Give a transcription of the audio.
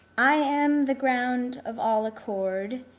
i am, the ground of all accord,